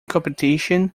competition